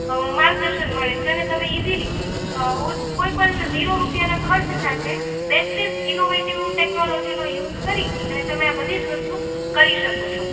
માર્ગદર્શન મળે છે અને તમે ઈજીલી કોઈ પણ ઝીરો રૂપિયાના ખર્ચ સાથે બેસટેસ ઈનોવેટીવ ટેક્નોલોજીનો યુઝ કરી અને તમે આ બધી જ વસ્તુ કરી શકો છો